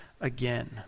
again